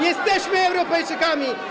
Jesteśmy Europejczykami.